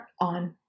on